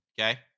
okay